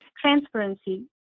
transparency